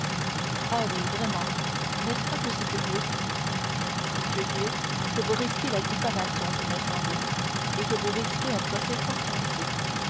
ah oui vraiment n'est-ce pas que c'est curieux si curieux que vous risquez la diffamation ce me semble et que vous risquez un procès fort